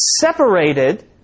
separated